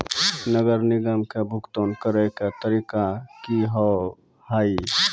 नगर निगम के भुगतान करे के तरीका का हाव हाई?